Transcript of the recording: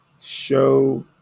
show